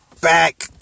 back